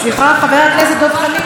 חבר הכנסת דב חנין.